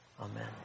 Amen